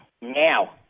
now